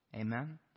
Amen